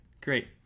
Great